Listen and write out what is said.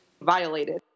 violated